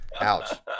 Ouch